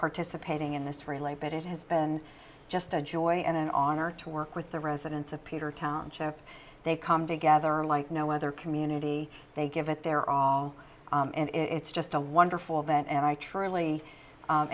participating in this relate but it has been just a joy and an honor to work with the residents of peter count show they come together like no other community they give it their all and it's just a wonderful event and i truly